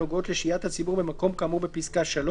הנוגעות לשהיית הציבור במקום כאמור בפסקה (3)